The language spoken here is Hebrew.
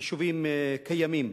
יישובים קיימים.